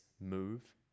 move